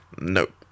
Nope